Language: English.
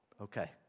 Okay